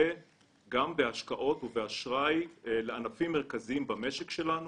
בהשקעות ובאשראי לענפים מרכזיים במשק שלנו